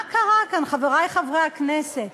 מה קרה כאן, חברי חברי הכנסת?